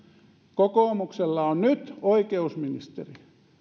kokoomuksella on nyt oikeusministeri